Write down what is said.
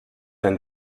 ein